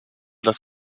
das